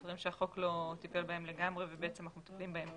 אלה דברים שהחוק לא טיפל בהם ובעצם אנחנו עוסקים בהם כאן.